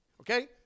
okay